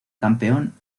campeón